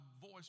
voice